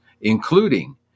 including